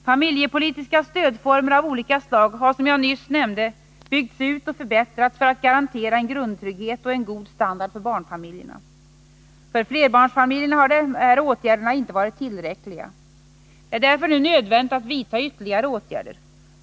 Familjepolitiska stödformer av olika slag har, som jag nyss nämnde, byggts ut och förbättrats för att garantera en grundtrygghet och en god standard för barnfamiljerna. För flerbarnsfamiljerna har dessa åtgärder inte varit tillräckliga. Det är därför nu nödvändigt att vidta ytterligare åtgärder.